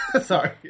Sorry